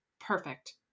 Perfect